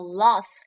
loss